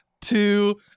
two